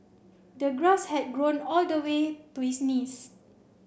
the grass had grown all the way to his knees